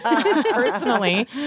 personally